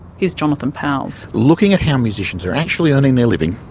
here's jonathan powles. looking at how musicians are actually earning their living,